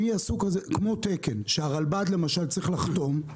יהיה סוג כזה, כמו תקן, שהרלב"ד למשל צריך לחתום.